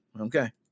Okay